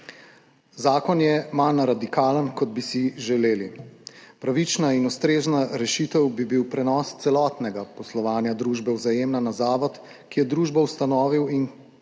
Zakon je manj radikalen, kot bi si želeli. Pravična in ustrezna rešitev bi bil prenos celotnega poslovanja družbe Vzajemna na zavod, ki je družbo ustanovil in